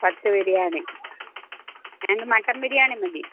പത്തു ബിരിയാണി ഞങ്ങൾക്ക് മട്ടന് ബിരിയാണി മതി